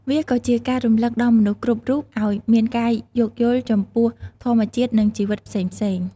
វាក៏ជាការរំលឹកដល់មនុស្សគ្រប់រូបឱ្យមានការយោគយល់ចំពោះធម្មជាតិនិងជីវិតផ្សេងៗ។